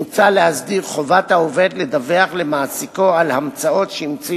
מוצע להסדיר את חובת העובד לדווח למעסיקו על אמצאות שהמציא